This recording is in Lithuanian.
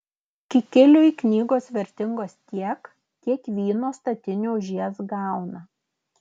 kikiliui knygos vertingos tiek kiek vyno statinių už jas gauna